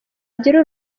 ugira